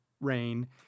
rain